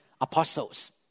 apostles